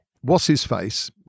What's-His-Face